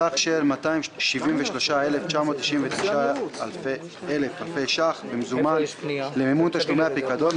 סך של 273,999 אלפי ש"ח במזומן למימון תשלומי הפיקדון,